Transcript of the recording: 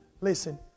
Listen